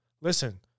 Listen